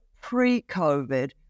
pre-COVID